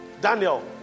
Daniel